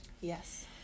Yes